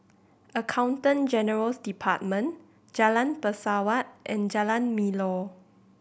Accountant General's Department Jalan Pesawat and Jalan Melor